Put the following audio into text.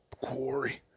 quarry